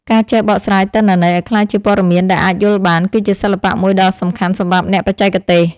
ការចេះបកស្រាយទិន្នន័យឱ្យក្លាយជាព័ត៌មានដែលអាចយល់បាន គឺជាសិល្បៈមួយដ៏សំខាន់សម្រាប់អ្នកបច្ចេកទេស។